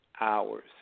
hours